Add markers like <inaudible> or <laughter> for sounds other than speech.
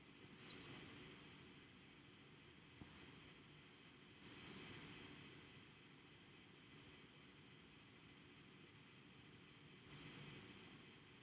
<breath>